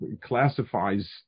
classifies